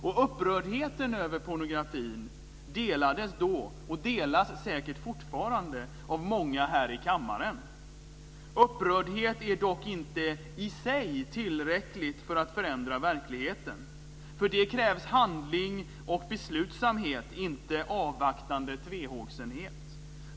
Och upprördheten över pornografin delades då, och delas säker fortfarande, av många här i kammaren. Upprördhet är dock inte i sig tillräckligt för att förändra verkligheten. För det krävs handling och beslutsamhet, inte avvaktande tvehågsenhet.